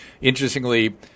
interestingly